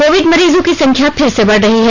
Covid मरीजों की संख्या फिर से बढ़ रही है